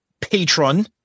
patron